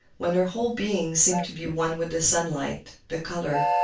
when her whole being seemed to be one with the sunlight, the color,